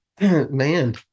man